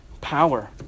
power